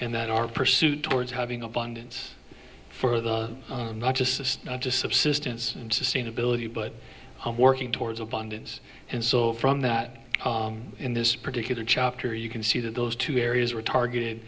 and that our pursuit towards having abundance for the not just not just subsistence and sustainability but working towards abundance and so from that in this particular chapter you can see that those two areas were targeted